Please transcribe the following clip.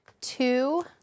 two